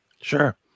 Sure